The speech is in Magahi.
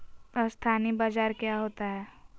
अस्थानी बाजार क्या होता है?